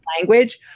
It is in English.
language